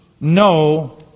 no